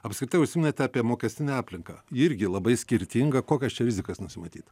apskritai užsiminėt apie mokestinę aplinką ji irgi labai skirtinga kokias čia rizikas nusimatyt